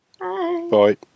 Bye